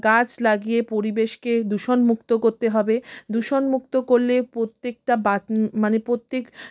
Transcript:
গাছ লাগিয়ে পরিবেশকে দূষণমুক্ত করতে হবে দূষণমুক্ত করলে প্রত্যেকটা মানে প্রত্যেক